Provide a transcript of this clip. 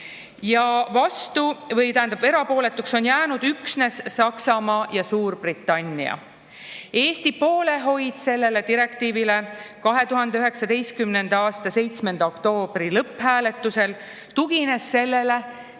direktiivi poolt, erapooletuks jäid üksnes Saksamaa ja Suurbritannia. Eesti poolehoid sellele direktiivile 2019. aasta 7. oktoobri lõpphääletusel tugines sellele,